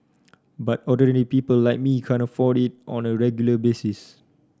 but ordinary people like me can't afford it on a regular basis